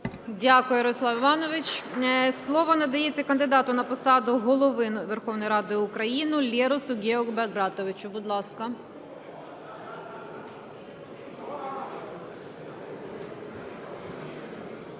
Дякую, Ярослав Іванович. Слово надається кандидату на посаду Голови Верховної Ради України – Леросу Гео Багратовичу, будь ласка.